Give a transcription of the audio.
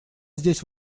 здесь